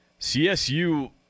CSU